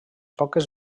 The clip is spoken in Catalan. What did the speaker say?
poques